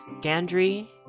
Gandry